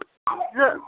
زٕ